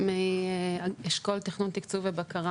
רוצה לדעת אם היישוב שלי נופל בתוך הקטגוריה או שאני מקשקש.